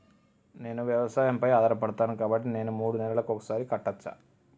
నేను వ్యవసాయం పై ఆధారపడతాను కాబట్టి నేను మూడు నెలలకు ఒక్కసారి కట్టచ్చా?